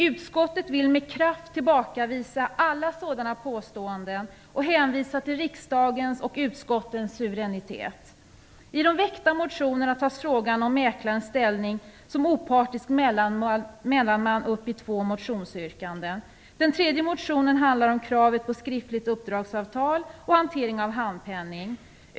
Utskottet vill med kraft tillbakavisa alla sådana påståenden och hänvisar till riksdagens och utskottens suveränitet. I de väckta motionerna tas frågan om mäklarens ställning som opartisk mellanman upp i två motionsyrkanden. Den tredje motionen handlar om kravet på skriftliga uppdragsavtal och hanteringen av handpenning.